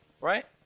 Right